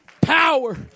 Power